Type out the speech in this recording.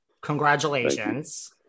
Congratulations